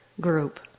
group